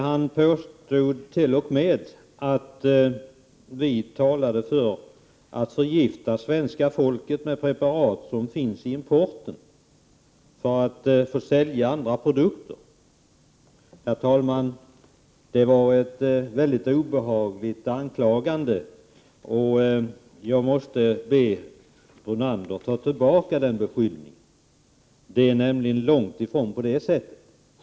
Han påstod t.o.m. att vi talade för att förgifta svenska folket med preparat som finns i importen, för att få sälja andra produkter. Herr talman! Det var en mycket obehaglig beskyllning, och jag måste be Lennart Brunander ta tillbaka den. Det är långt ifrån på det sättet.